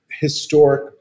historic